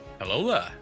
Hello